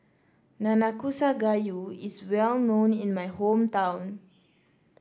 Nanakusa Gayu is well known in my hometown